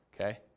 Okay